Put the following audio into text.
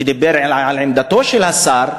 שדיבר על עמדתו של השר,